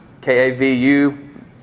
K-A-V-U